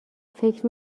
فکر